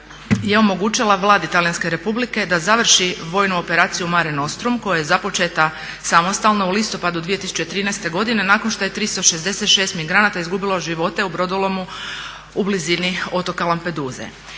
je omogućila Vladi Talijanske Republike da završi vojnu operaciju mare nostrum koja je započeta samostalno u listopadu 2013. godine nakon što je 366 migranata izgubilo živote u brodolomu u blizini otoka Lampeduze.